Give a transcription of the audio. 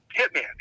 hitman